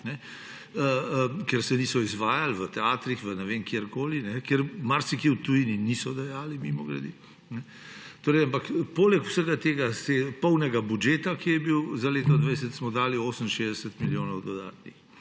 ker se niso izvajali v teatrih, ne vem, kjerkoli, ker marsikje v tujini niso dajali, mimogrede. Ampak poleg vsega tega polnega budžeta, ki je bil za leto 2020, smo dali 68 milijonov dodatnih.